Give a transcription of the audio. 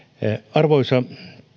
arvoisa